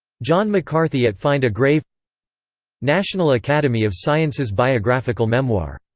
john mccarthy at find a grave national academy of sciences biographical memoir